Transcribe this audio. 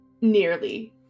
nearly